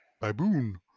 Baboon